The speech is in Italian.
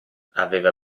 aveva